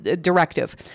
directive